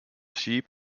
sheep